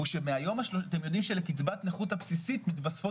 אתם יודעים שלקצבת הנכות הבסיסית מתווספות